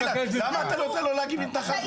למה אתה נותן לו להגיד מתנחבלים?